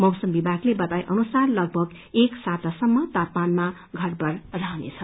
मौसम विभागले बताए अनुसार लगभग एक साता सम्प तापमानमा घट बड रहनेछ